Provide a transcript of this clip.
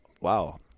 wow